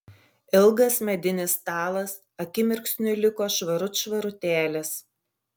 ilgas medinis stalas akimirksniu liko švarut švarutėlis